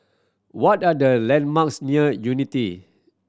what are the landmarks near Unity